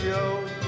Joe